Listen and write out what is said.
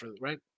right